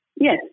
Yes